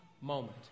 moment